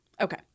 okay